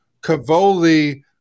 Cavoli